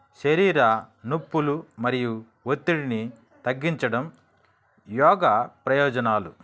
శరీర నొప్పులు మరియు ఒత్తిడిని తగ్గించడం యోగా ప్రయోజనాలు